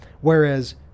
whereas